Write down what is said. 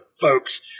folks